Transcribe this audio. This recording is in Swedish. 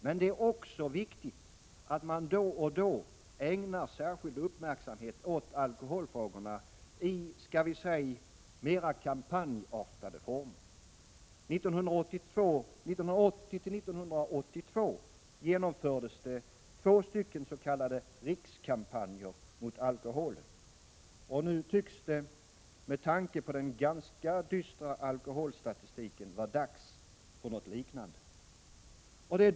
Men det är också viktigt att man då och då ägnar särskild uppmärksamhet åt alkoholfrågorna i, skall vi säga, mera kampanjartade former. 1980-1982 genomfördes två s.k. rikskampanjer mot alkoholen. Nu tycks det — med tanke på den ganska dystra alkoholstatistiken — vara dags för något liknande.